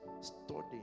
studying